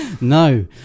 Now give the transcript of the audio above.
No